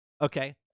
Okay